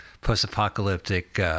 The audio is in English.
post-apocalyptic